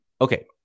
Okay